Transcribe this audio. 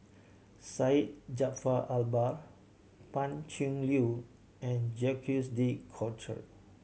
Syed Jaafar Albar Pan Cheng Lui and Jacques De Coutre